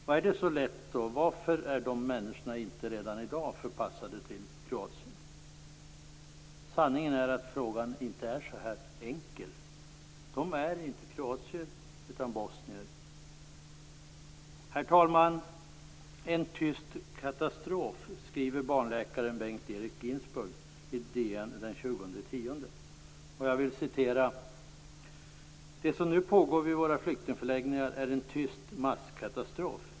Om det är så lätt varför är dessa människor inte redan i dag förpassade till Kroatien? Sanningen är att frågan inte är så här enkel. De är inte kroatier utan bosnier. Herr talman! En tyst katastrof, skriver barnläkaren "Det som nu pågår vid våra flyktingförläggningar är en tyst masskatastrof.